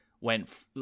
went